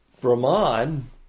Brahman